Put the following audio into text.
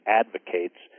advocates